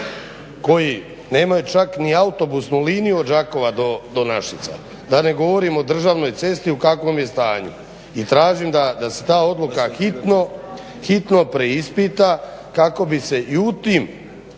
koji nemaju čak ni autobusnu liniju od Đakova do Našica, da ne govorimo o državnoj cesti u kakvom je stanju. I tražim da se ta odluka hitno preispita kako bi se i u tom